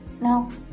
No